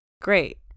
Great